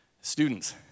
Students